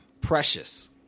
Precious